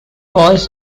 was